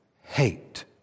hate